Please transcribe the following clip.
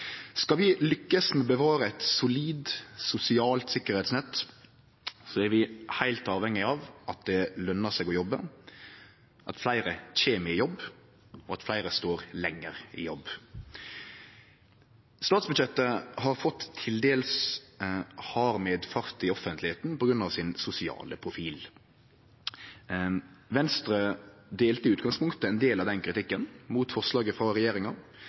Skal vi lykkast med å bevare eit solid sosialt sikkerheitsnett, er vi heilt avhengige av at det løner seg å jobbe, at fleire kjem i jobb, og at fleire står lenger i jobb. Statsbudsjettet har fått til dels hard medfart i offentlegheita på grunn av sin sosiale profil. Venstre delte i utgangspunktet ein del av den kritikken mot forslaget frå regjeringa,